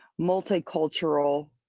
multicultural